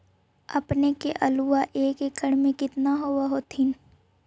अपने के आलुआ एक एकड़ मे कितना होब होत्थिन?